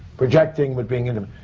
projecting with being in a.